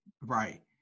right